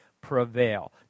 prevail